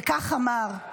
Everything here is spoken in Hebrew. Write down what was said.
וכך אמר: